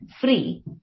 free